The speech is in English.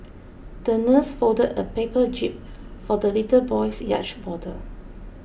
the nurse folded a paper jib for the little boy's yacht model